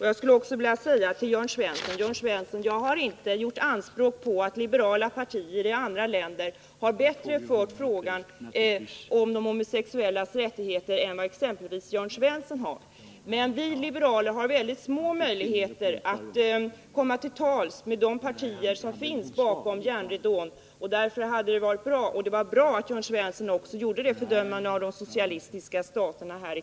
Jag skulle också vilja säga till Jörn Svensson att jag inte försökte hävda att liberala partier i andra länder har fört frågan om de homosexuellas rättigheter bättre än vad exempelvis Jörn Svensson har. Men vi liberaler har väldigt små möjligheter att komma till tals med de partier som finns bakom järnridån. Därför var det bra att Jörn Svensson också här i kammaren gjorde ett fördömande av de socialistiska staterna.